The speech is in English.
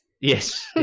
Yes